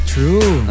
True